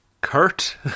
Kurt